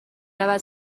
رود